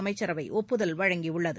அமைச்சரவை ஒப்புதல் வழங்கியுள்ளது